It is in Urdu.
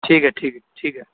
ٹھیک ہے ٹھیک ہے ٹھیک ہے